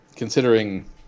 considering